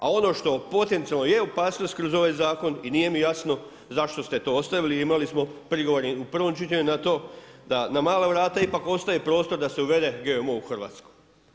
A ono što potencijalno je opasnost kroz ovaj zakon i nije mi jasno zašto ste to ostavili i imali smo prigovore u prvom čitanju na to, da na mala vrata ipak ostaje prostor da se uvede GMO u Hrvatskoj.